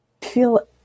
feel